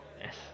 Yes